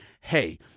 hey